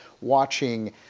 watching